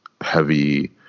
heavy